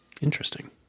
Interesting